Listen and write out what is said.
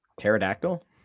Pterodactyl